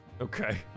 Okay